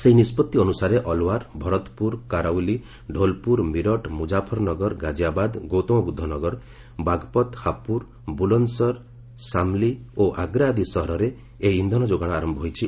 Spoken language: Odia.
ସେହି ନିଷ୍ପଭି ଅନ୍ତସାରେ ଅଲ୍ୱାର୍ ଭରତପୁର କାରାଉଲି ଡୋଲ୍ପୁର ମିରଟ୍ ମୁଜାଫରନଗର ଗାଜିଆବାଦ୍ ଗୌତମବୁଦ୍ଧ ନଗର ବାଘ୍ପତ୍ ହାପୁର ବୁଲନ୍ଦସର୍ ସାମ୍ଲି ଓ ଆଗ୍ରା ଆଦି ସହରରେ ଏହି ଇନ୍ଧନ ଯୋଗାଣ ଆରମ୍ଭ ହୋଇଛି